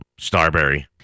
Starberry